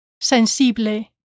Sensible